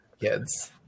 kids